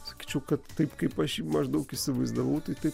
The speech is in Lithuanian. sakyčiau kad taip kaip aš jį maždaug įsivaizdavau tai taip